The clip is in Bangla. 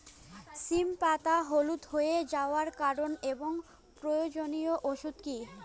সিম পাতা হলুদ হয়ে যাওয়ার কারণ এবং প্রয়োজনীয় ওষুধ কি?